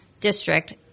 District